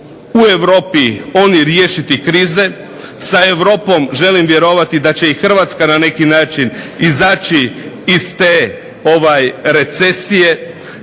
u Europi oni riješiti krize. Sa Europom želim vjerovati da će i Hrvatska na neki način izaći iz te recesije.